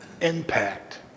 impact